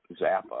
Zappa